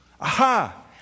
Aha